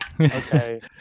okay